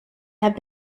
have